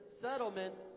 settlements